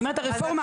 אני אומרת הרפורמה,